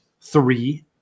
three